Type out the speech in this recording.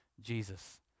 Jesus